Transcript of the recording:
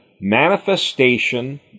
manifestation